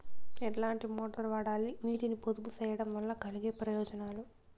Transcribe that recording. ఎట్లాంటి మోటారు వాడాలి, నీటిని పొదుపు సేయడం వల్ల కలిగే ప్రయోజనాలు?